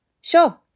Sure